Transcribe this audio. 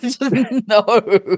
No